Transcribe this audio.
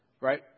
right